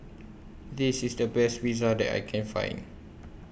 This IS The Best Pizza that I Can Find